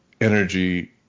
energy